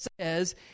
says